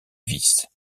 vice